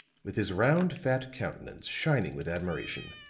with his round, fat countenance shining with admiration,